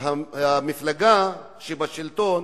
שהמפלגה שבשלטון,